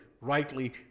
rightly